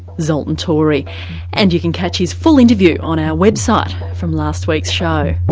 zoltan torey and you can catch his full interview on our website from last week's show.